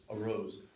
arose